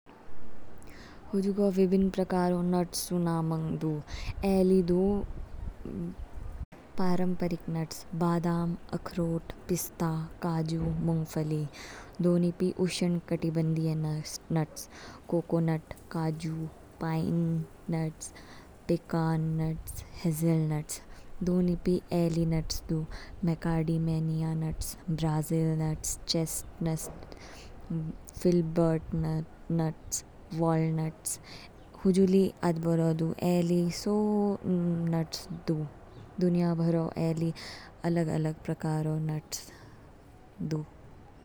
हुजुगों विभिन्न प्रकारों नटस ऊ नामंग दू, ए ली दु, पारंपरिक न्ट्स बादाम, अखरोट, पिस्ता, काजू, मूंगफली। दो निपी उषणंकटिबंदिया न्ट्स, कोको नट, काजू, pine nuts, pecan nuts, hazel nuts, दो निपी ए ली न्ट्स दू, macadamia nuts, Brazil nuts, chess nuts. Filbert nuts, walnuts. हुजु ली अदबोरो दू ए ली सो नट्स दु, दुनिया भरो ए ली अलग अलग प्रकारों न्ट्स दू।